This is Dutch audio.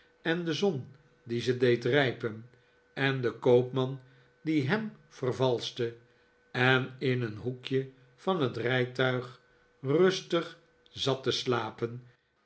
en de zon die ze deed rijpen en den koopman die hem vervalschte en in een hoekje van het rijtuig rustig zat te slapen